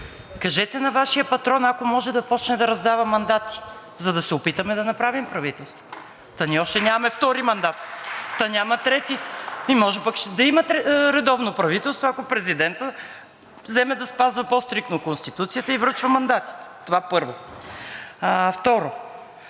Кажете на Вашия патрон, ако може да започне да раздава мандати, за да се опитаме да направим правителство. Та ние още нямаме втори мандат (ръкопляскания от БСП за България), та няма трети, може пък да има редовно правителство, ако президентът вземе да спазва по стриктно Конституцията и връчи мандатите, това първо. Второ,